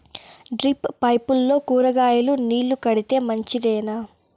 Drip పైపుల్లో కూరగాయలు నీళ్లు కడితే మంచిదేనా?